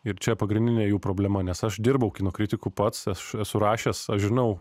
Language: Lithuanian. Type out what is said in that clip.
ir čia pagrindinė jų problema nes aš dirbau kino kritiku pats aš esu rašęs aš žinau